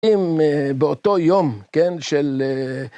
אם באותו יום כן של.